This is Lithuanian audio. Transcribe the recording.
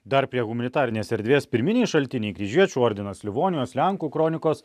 dar prie humanitarinės erdvės pirminiai šaltiniai kryžiuočių ordinas livonijos lenkų kronikos